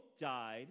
died